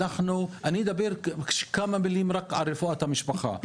אני אדבר בכמה מילים רק על רפואת המשפחה,